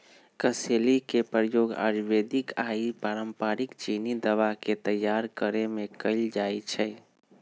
कसेली के प्रयोग आयुर्वेदिक आऽ पारंपरिक चीनी दवा के तइयार करेमे कएल जाइ छइ